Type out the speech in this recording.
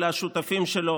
לשותפים שלו,